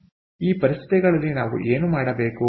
ಆದ್ದರಿಂದ ಈ ಪರಿಸ್ಥಿತಿಗಳಲ್ಲಿ ನಾವು ಏನು ಮಾಡಬೇಕು